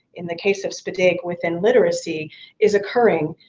in the case of spdg, or within literacy is occurring,